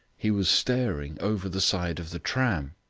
he was staring over the side of the tram.